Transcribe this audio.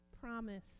promise